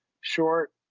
short